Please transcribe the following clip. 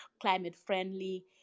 climate-friendly